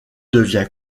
devient